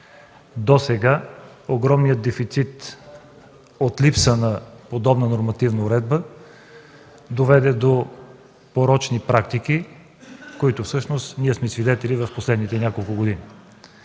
Досега огромният дефицит от липса на подобна нормативна уредба доведе до порочни практики, на които сме свидетели в последните няколко години.